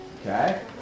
Okay